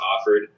offered